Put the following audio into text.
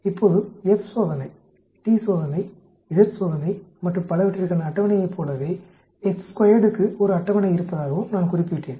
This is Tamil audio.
இப்போது F சோதனை t சோதனை z சோதனை மற்றும் பலவற்றிற்கான அட்டவணையைப் போலவே க்கு ஒரு அட்டவணை இருப்பதாகவும் நான் குறிப்பிட்டேன்